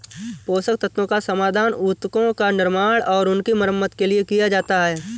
पोषक तत्वों का समाधान उत्तकों का निर्माण और उनकी मरम्मत के लिए किया जाता है